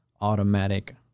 automatic